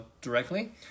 directly